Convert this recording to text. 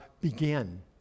begin